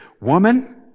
Woman